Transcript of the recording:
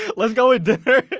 let's go with dinner!